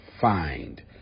find